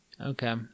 Okay